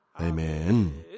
Amen